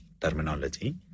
terminology